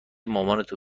مامانتو